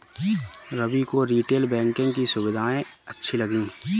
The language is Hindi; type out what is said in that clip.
रवि को रीटेल बैंकिंग की सुविधाएं अच्छी लगी